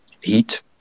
heat